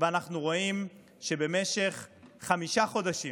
ואנחנו רואים שבמשך חמישה חודשים